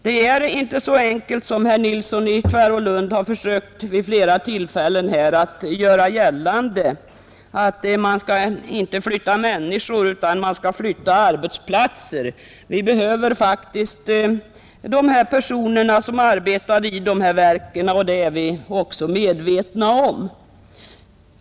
Det är inte så enkelt som herr Nilsson i Tvärålund vid flera tillfällen har försökt göra gällande, att man inte skall flytta människor utan flytta arbetsplatser. Vi behöver faktiskt de personer som arbetar i de här verken, det är vi medvetna om.